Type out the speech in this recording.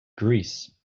greece